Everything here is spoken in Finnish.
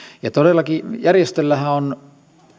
todellakin järjestöllähän on